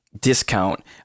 discount